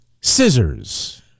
scissors